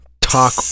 Talk